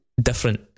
different